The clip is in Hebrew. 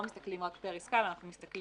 מסתכלים רק פר עסקה אלא אנחנו מסתכלים